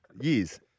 years